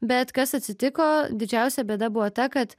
bet kas atsitiko didžiausia bėda buvo ta kad